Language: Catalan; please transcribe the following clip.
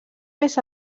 més